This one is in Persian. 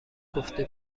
گفته